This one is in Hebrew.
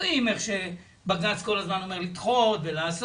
רואים איך שבג"ץ כל הזמן אומר לדחות ולעשות.